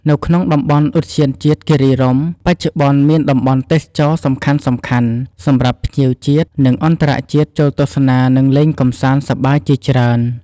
នៅក្នុងតំបន់ឧទ្យានជាតិគិរីរម្យ បច្ចុប្បន្នមានតំបន់ទេសចរណ៍សំខាន់ៗ សម្រាប់ភ្ញៀវជាតិ និងអន្តរជាតិចូលទស្សនា និងលេងកម្សាន្តសប្បាយជាច្រើន។